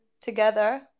together